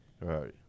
Right